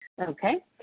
Okay